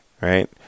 Right